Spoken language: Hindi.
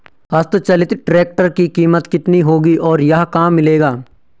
हस्त चलित ट्रैक्टर की कीमत कितनी होगी और यह कहाँ मिलेगा?